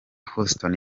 houston